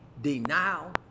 denial